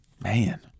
man